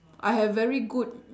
I have very good